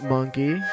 Monkey